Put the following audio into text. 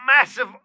massive